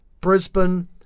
Brisbane